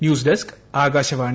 news desk Akashvani